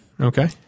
Okay